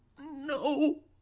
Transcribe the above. No